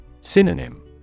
Synonym